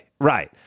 right